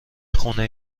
خونه